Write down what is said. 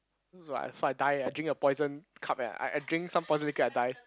so if I die eh I drink a poison cup eh I I drink some poison liquid I die